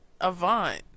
Avant